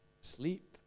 sleep